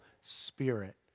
spirit